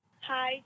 Hi